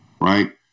Right